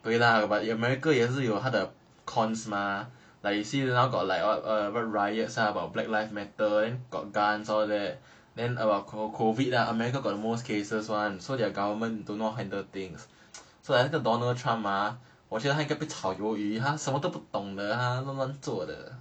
对啦 but in america 也有它的 cons mah like you see now got like what a riots ah about black lives matter then got guns all that then CO~ CO~ about COVID lah america got the most cases [one] so their government do not handle things so that 那个 donald trump ah 我觉得他应该被炒鱿鱼他什么都不懂的他乱乱做的